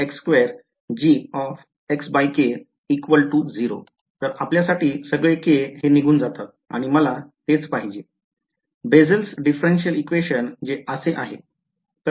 पुढची टर्म 0 तर आपल्यासाठी सगळे k हे निघून जातात आणि मला तेच पाहिजे Bessel's differential equation जे असे आहे